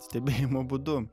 stebėjimo būdu